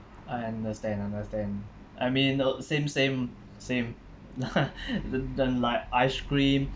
I understand understand I mean you know same same same lah th~ then like ice cream